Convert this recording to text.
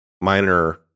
minor